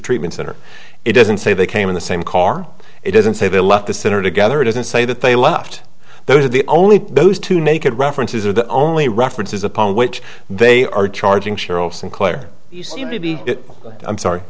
treatment center it doesn't say they came in the same car it doesn't say they left the center together doesn't say that they left those are the only those two naked references are the only references upon which they are charging cheryl sinclair you seem to be i'm sorry